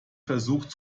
versucht